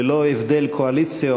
ללא הבדל קואליציה,